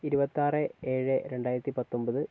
ഇരുവത്താറ് ഏഴ് രണ്ടായിരത്തി പത്തൊമ്പത്